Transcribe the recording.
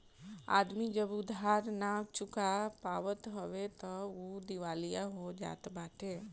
आदमी जब उधार नाइ चुका पावत हवे तअ उ दिवालिया हो जात बाटे